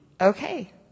Okay